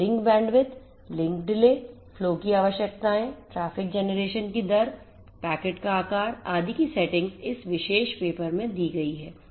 तो link bandwidth link delay flow की आवश्यकताएं traffic generationकी दर पैकेट आकार आदि की सेटिंग्स इस विशेष पेपर में दी गई हैं